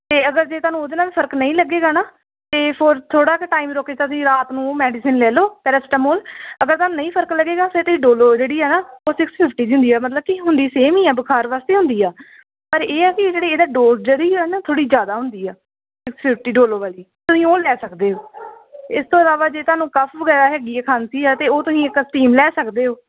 ਅਤੇ ਅਗਰ ਜੇ ਤੁਹਾਨੂੰ ਉਹਦੇ ਨਾਲ ਫ਼ਰਕ ਨਹੀਂ ਲੱਗੇਗਾ ਨਾ ਤਾਂ ਫਿਰ ਥੋੜ੍ਹਾ ਕੁ ਟਾਈਮ ਰੁਕ ਕੇ ਕਦੀ ਰਾਤ ਨੂੰ ਮੈਡੀਸਨ ਲੈ ਲਓ ਪੈਰਾਸੀਟਾਮੋਲ ਅਗਰ ਤੁਹਾਨੂੰ ਨਹੀਂ ਫ਼ਰਕ ਲੱਗੇਗਾ ਫਿਰ ਤੁਸੀਂ ਡੋਲੋ ਜਿਹੜੀ ਆ ਨਾ ਉਹ ਸਿਕਸ ਫਿਫਟੀ ਦੀ ਹੁੰਦੀ ਆ ਮਤਲਬ ਕਿ ਹੁੰਦੀ ਸੇਮ ਹੀ ਆ ਬੁਖਾਰ ਵਾਸਤੇ ਹੁੰਦੀ ਆ ਪਰ ਇਹ ਹੈ ਕਿ ਜਿਹੜੀ ਇਹਦੇ ਡੋਜ ਜਿਹੜੀ ਆ ਨਾ ਥੋੜ੍ਹੀ ਜ਼ਿਆਦਾ ਹੁੰਦੀ ਆ ਸਿਕਸ ਫਿਫਟੀ ਡੋਲੋ ਵਾਲੀ ਤੁਸੀਂ ਉਹ ਲੈ ਸਕਦੇ ਹੋ ਇਸ ਤੋਂ ਇਲਾਵਾ ਜੇ ਤੁਹਾਨੂੰ ਕਫ ਵਗੈਰਾ ਹੈਗੀ ਖਾਂਸੀ ਆ ਤਾਂ ਉਹ ਤੁਸੀਂ ਇੱਕ ਸਟੀਮ ਲੈ ਸਕਦੇ ਹੋ